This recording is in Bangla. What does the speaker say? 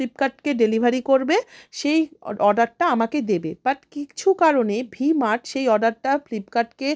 ফ্লিপকার্টকে ডেলিভারি করবে সেই অড অর্ডারটা আমাকে দেবে বাট কিছু কারণে ভি মার্ট সে অর্ডারটা ফ্লিপকার্টকে